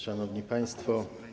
Szanowni Państwo!